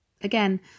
Again